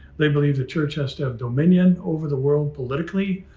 they believe the church has to have dominion over the world politically,